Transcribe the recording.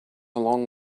along